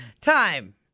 Time